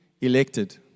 elected